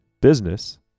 business